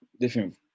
different